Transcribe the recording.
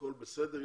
שהכול בסדר.